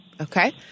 Okay